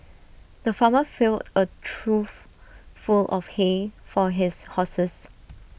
the farmer filled A trough full of hay for his horses